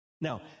Now